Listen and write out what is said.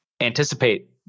anticipate